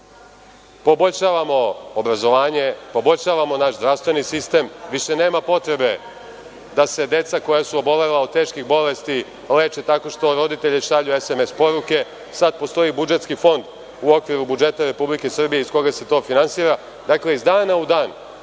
poboljšavamo obrazovanje, poboljšavamo naš zdravstveni sistem, više nema potrebe da se deca koja su obolela od teških bolesti leče tako što roditelji šalju SMS poruke, sada postoji budžetski fond u okviru budžeta Republike Srbije iz koga se to finansira. Dakle, iz dana u dan